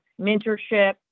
mentorship